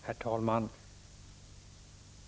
Herr talman!